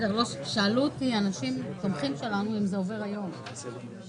בעיקרון, האסיר אמור לקבל את זה בעת השחרור שלו.